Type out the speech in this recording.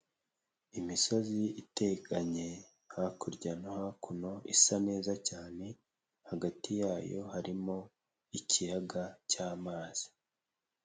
Imisozi iteganye hakurya no hakuno isa neza cyane, hagati yayo harimo ikiyaga cy'amazi.